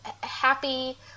happy